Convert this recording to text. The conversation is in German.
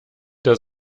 das